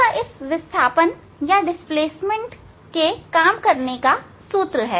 यह इस विस्थापन डिस्प्लेसमेंट का काम करने का सूत्र है